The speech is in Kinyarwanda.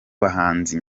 bahanzi